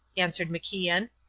answered macian.